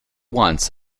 once